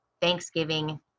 Thanksgiving